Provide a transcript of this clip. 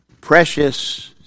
Precious